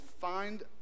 find